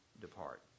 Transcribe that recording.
depart